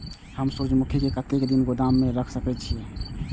हम सूर्यमुखी के कतेक दिन गोदाम में रख सके छिए?